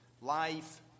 Life